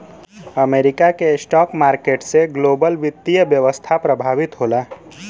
America के stock market से global वित्तीय व्यवस्था प्रभावित होला